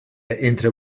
entre